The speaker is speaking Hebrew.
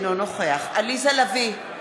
אינו נוכח עליזה לביא,